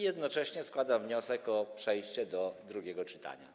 Jednocześnie składam wniosek o przejście do drugiego czytania.